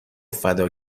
فدا